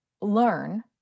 learn